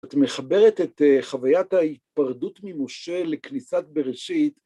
את מחברת את חוויית ההתפרדות ממשה לכניסת בראשית.